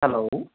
hello